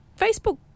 Facebook